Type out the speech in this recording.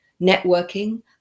networking